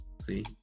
See